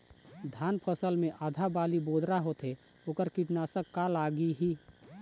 धान फसल मे आधा बाली बोदरा होथे वोकर कीटनाशक का लागिही?